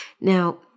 Now